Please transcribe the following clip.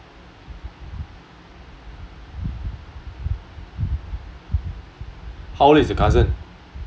how old is your cousin